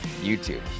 YouTube